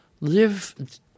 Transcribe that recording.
live